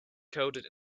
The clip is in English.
coded